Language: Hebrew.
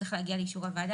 צריך להגיע לאישור הוועדה.